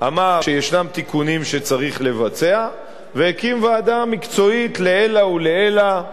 אמר שישנם תיקונים שצריך לבצע והקים ועדה מקצועית לעילא ולעילא,